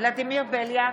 ולדימיר בליאק,